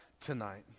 tonight